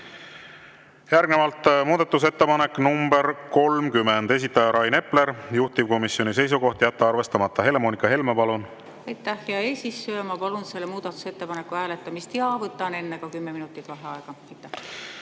Järgnevalt muudatusettepanek nr 30, esitaja Rain Epler, juhtivkomisjoni seisukoht on jätta arvestamata. Helle-Moonika Helme, palun! Aitäh, hea eesistuja! Ma palun selle muudatusettepaneku hääletamist ja võtan enne ka kümme minutit vaheaega. Aitäh,